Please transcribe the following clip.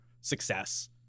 success—